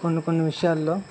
కొన్ని కొన్ని విషయాల్లో